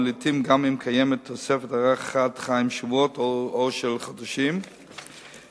ולעתים גם אם קיימת תוספת הארכת חיים של שבועות או של חודשים ספורים.